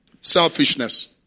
Selfishness